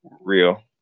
Real